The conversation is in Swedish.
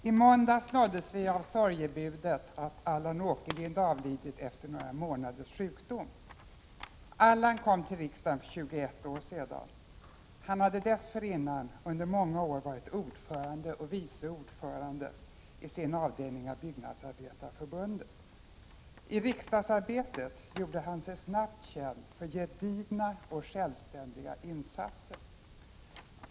I måndags nåddes vi av sorgebudet att Allan Åkerlind avlidit efter några månaders sjukdom. Allan kom till riksdagen för 21 år sedan. Han hade dessförinnan under många år varit ordförande och vice ordförande i sin avdelning av Byggnadsarbetareförbundet. I riksdagsarbetet gjorde han sig snabbt känd för gedigna och självständiga insatser.